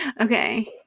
Okay